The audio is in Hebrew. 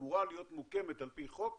אמורה להיות מוקמת על פי חוק